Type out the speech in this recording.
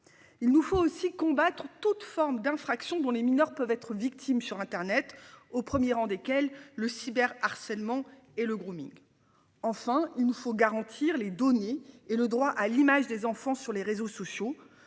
Il nous faut aussi combattre toute forme d'infractions dont les mineurs peuvent être victimes sur Internet au 1er rang desquels le cyber harcèlement et le gros. Enfin, il nous faut garantir les données et le droit à l'image des enfants sur les réseaux Sochaux,